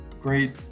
great